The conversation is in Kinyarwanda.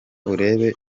urebe